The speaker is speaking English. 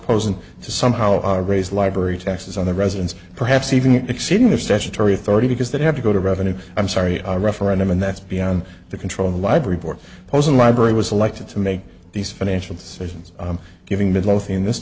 to somehow raise library taxes on the residents perhaps even exceeding their statutory authority because they'd have to go to revenue i'm sorry i referendum and that's beyond the control of the library board posen library was elected to make these financial decisions giving midlothian this